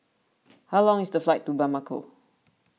how long is the flight to Bamako